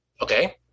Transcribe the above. Okay